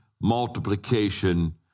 multiplication